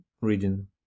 reading